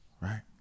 right